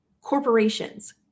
corporations